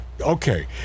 okay